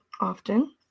often